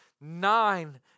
nine